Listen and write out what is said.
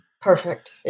perfect